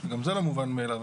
שגם זה לא מובן מאליו,